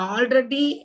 Already